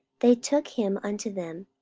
they took him unto them,